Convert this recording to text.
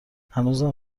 هنوزم